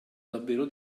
davvero